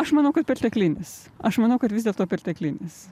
aš manau kad perteklinis aš manau kad vis dėlto perteklinis